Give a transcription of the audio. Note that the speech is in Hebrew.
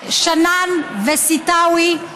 שנאן וסיתאוי,